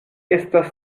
estas